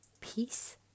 peace